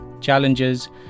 challenges